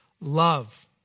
love